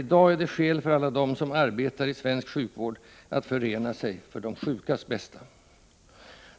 I dag är det skäl för alla dem som arbetar i svensk sjukvård att förena sig för de sjukas bästa.